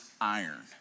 iron